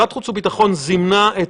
בהנחה שזה יחוקק,